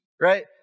right